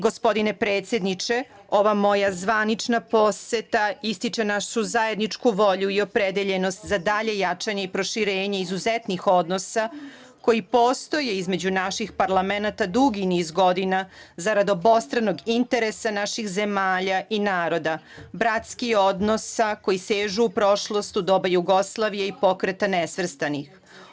Gospodine predsedniče, ova moja zvanična poseta ističe našu zajedničku volju i opredeljenost za dalje jačanje i proširenje izuzetnih odnosa koji postoje između naših parlamenata dugi niz godina, zarad obostranog interesa naših zemalja i naroda, bratskih odnosa koji sežu u prošlost, u doba Jugoslavije i Pokreta nesvrstanih.